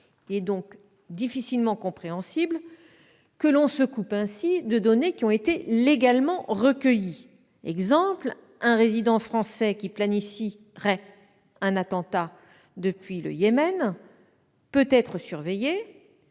est donc difficilement compréhensible que l'on se coupe ainsi de données légalement recueillies. Par exemple, un résident français qui planifierait un attentat depuis le Yémen peut être surveillé.